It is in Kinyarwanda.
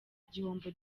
igihombo